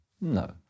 No